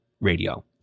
radio